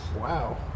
Wow